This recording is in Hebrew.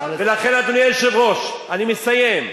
ניצלנו.